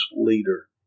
leader